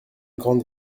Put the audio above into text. grande